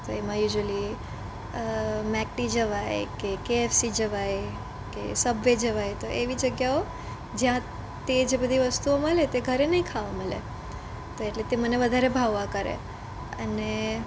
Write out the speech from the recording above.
તો એમાં usually Mac D જવાય કે કેએફસી જવાય કે સબવે જવાય તો એવી જગ્યાઓ કે કે જ્યાં તે બધી વસ્તુઓ મળે એ ઘરે નઈ ખાવા મળે તે એટલે જ મને ભાવ્યા કરે અને